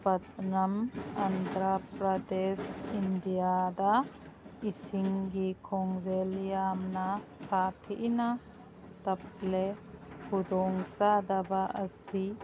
ꯄꯠꯅꯝ ꯑꯟꯗ꯭ꯔꯥ ꯄ꯭ꯔꯗꯦꯁ ꯏꯟꯗꯤꯌꯥꯗ ꯏꯁꯤꯡꯒꯤ ꯈꯣꯡꯖꯦꯜ ꯌꯥꯝꯅ ꯁꯥꯊꯤꯅ ꯇꯞꯂꯦ ꯈꯨꯗꯣꯡ ꯆꯥꯗꯕ ꯑꯁꯤ